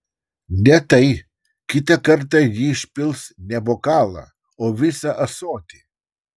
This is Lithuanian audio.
ne tai kitą kartą ji išpils ne bokalą o visą ąsotį